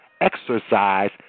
exercise